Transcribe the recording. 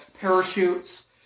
Parachutes